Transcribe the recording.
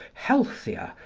healthier,